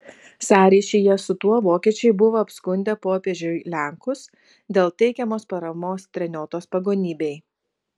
sąryšyje su tuo vokiečiai buvo apskundę popiežiui lenkus dėl teikiamos paramos treniotos pagonybei